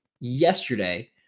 yesterday